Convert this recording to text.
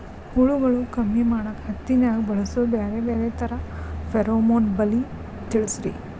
ಹುಳುಗಳು ಕಮ್ಮಿ ಮಾಡಾಕ ಹತ್ತಿನ್ಯಾಗ ಬಳಸು ಬ್ಯಾರೆ ಬ್ಯಾರೆ ತರಾ ಫೆರೋಮೋನ್ ಬಲಿ ತಿಳಸ್ರಿ